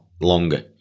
longer